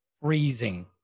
freezing